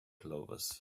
clovers